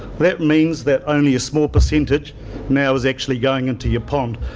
that means that only a small percentage now is actually going into your pond.